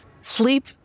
sleep